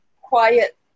quiet